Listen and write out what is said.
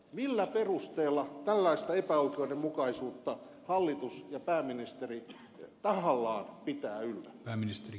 millä perusteella tällaista epäoikeudenmukaisuutta hallitus ja pääministeri tahallaan pitää yllä